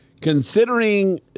Considering